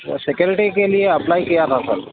وہ سکینڈری کے لیے اپلائی کیا تھا سر